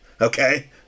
okay